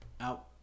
out